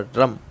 Drum